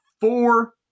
four